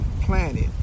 planet